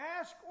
ask